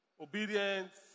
obedience